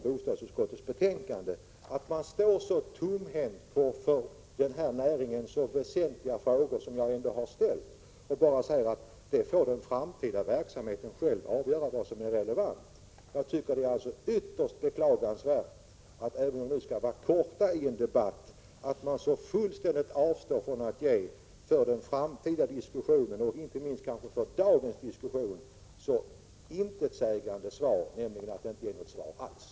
Det är ytterst beklagligt att man avstår från att ge för den framtida diskussionen viktiga svar när det gäller det här avsnittet av forskningsdebatten, som är så betydelsefullt för oss alla, oavsett om vi bor eller verkar, för det gör vi i allmänhet, och som handlar om ting som har koppling till det som i dag behandlas i bostadsutskottets betänkande. Det är mycket beklagligt att man ger för dagens diskussion så intetsägande svar som det innebär att inte ge något svar alls.